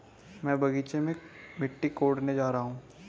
मैं बगीचे की मिट्टी कोडने जा रहा हूं